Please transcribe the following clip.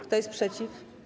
Kto jest przeciw?